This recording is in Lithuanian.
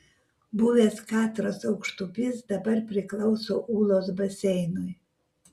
buvęs katros aukštupys dabar priklauso ūlos baseinui